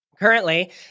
Currently